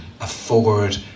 afford